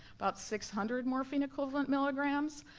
about six hundred morphine-equivalent milligrams,